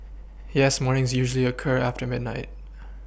yes mornings usually occur after midnight